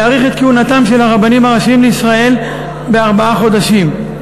להאריך את כהונתם של הרבנים הראשיים לישראל בארבעה חודשים.